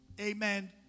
amen